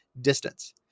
distance